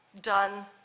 done